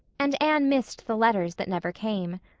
and anne missed the letters that never came.